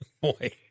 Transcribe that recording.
Boy